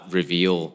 reveal